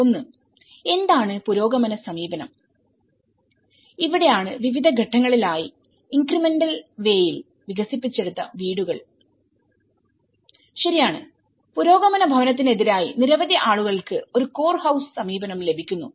ഒന്ന് എന്താണ് പുരോഗമന സമീപനം ഇവയാണ് വിവിധ ഘട്ടങ്ങളിൽ ആയി ഇന്ക്രിമെന്റൽ വേ യിൽ വികസിപ്പിച്ചെടുത്ത വീടുകൾ ശരിയാണ് പുരോഗമന ഭവനത്തിനെതിരായി നിരവധി ആളുകൾക്ക് ഒരു കോർ ഹൌസ് സമീപനം ലഭിക്കുന്നു